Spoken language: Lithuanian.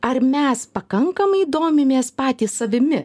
ar mes pakankamai domimės patys savimi